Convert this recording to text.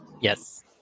Yes